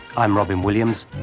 i'm robyn williams,